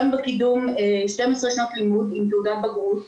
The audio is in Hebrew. בקידום 12 שנות לימוד עם תעודת בגרות,